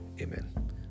Amen